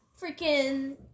freaking